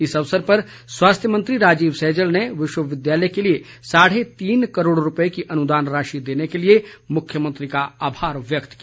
इस अवसर पर स्वास्थ्य मंत्री राजीव सैजल ने विश्वविद्यालय के लिए साढ़े तीन करोड़ रूपए की अनुदान राशि देने के लिए मुख्यमंत्री का आभार व्यक्त किया